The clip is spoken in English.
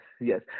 yes